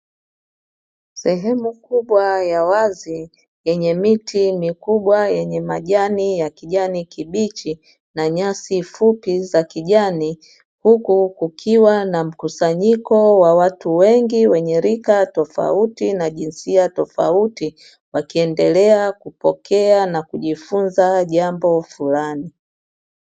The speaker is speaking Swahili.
Sehemu kubwa ya wazi yenye miti mikubwa yenye majani ya kijani kibichi na nyasi fupi za kijani huku kukiwa na mkusanyiko wa watu wengi wenye rika tofauti na jinsia tofauti, wakiendelea kupokea na kujifunza jambo fulani.